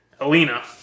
Alina